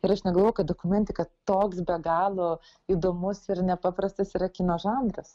ir aš negalvojau kad dokumentika toks be galo įdomus ir nepaprastas yra kino žanras